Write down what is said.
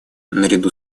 наряду